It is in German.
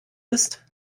ist